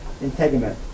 integument